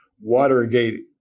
Watergate